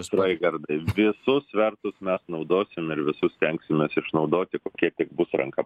raigardai visus svertus mes naudosim ir visus stengsimės išnaudoti kokie tik bus ranka